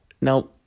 Now